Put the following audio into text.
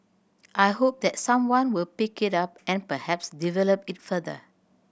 I hope that someone will pick it up and perhaps develop it further